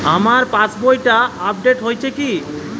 আমার পাশবইটা আপডেট হয়েছে কি?